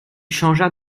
changea